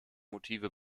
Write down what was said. motive